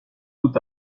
tout